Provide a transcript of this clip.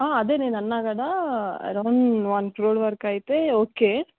అదే నేను అన్నా కదా అరౌండ్ వన్ క్రోర్ వరకు అయితే ఓకే